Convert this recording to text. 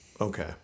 Okay